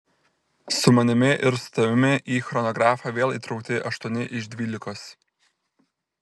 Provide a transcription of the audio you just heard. su manimi ir su tavimi į chronografą vėl įtraukti aštuoni iš dvylikos